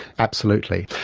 absolutely.